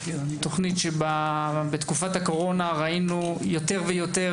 תוכנית שבתקופת הקורונה ראינו יותר ויותר